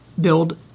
build